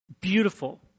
beautiful